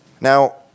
Now